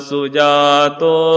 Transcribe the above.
Sujato